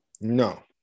No